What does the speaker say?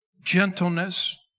gentleness